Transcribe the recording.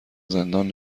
زندان